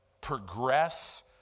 progress